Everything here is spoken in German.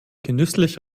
genüsslich